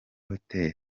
hotel